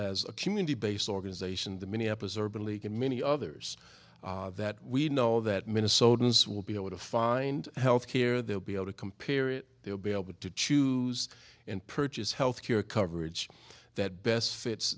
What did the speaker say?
as a community based organization the minneapolis our beleaguered many others that we know that minnesotans will be able to find health care they'll be able to compare it they'll be able to choose and purchase health care coverage that best fits